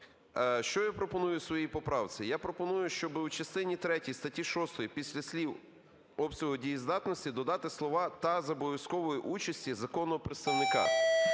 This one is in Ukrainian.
Що я пропоную у своїй поправці? Я пропоную, щоби у частині третій статті 6 після слів "обсягу дієздатності" додати слова "та за обов'язкової участі законного представника".